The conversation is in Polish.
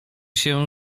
się